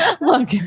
Look